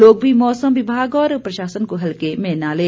लोग भी मौसम विभाग और प्रशासन को हल्के में न लें